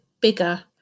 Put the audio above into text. bigger